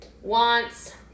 wants